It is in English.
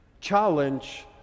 challenge